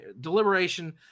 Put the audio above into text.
deliberation